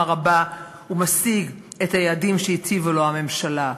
רבה ומשיג את היעדים שהציבה לו הממשלה: